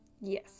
Yes